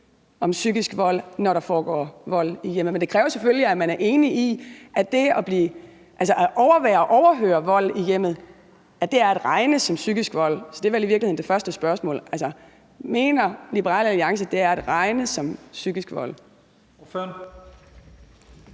om psykisk vold, når der foregår vold i hjemmet? Det kræver selvfølgelig, at man er enig i, at det at overvære og overhøre vold i hjemmet er at regne som psykisk vold. Så det er vel i virkeligheden det første spørgsmål. Altså, mener Liberal Alliance, at det er at regne som psykisk vold?